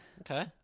Okay